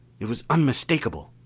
it was unmistakable.